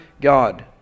God